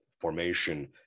formation